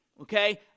okay